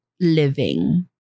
living